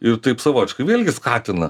ir taip savotiškai vėlgi skatina